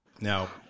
Now